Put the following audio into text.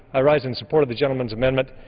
i rice in support of the gentleman's amendment.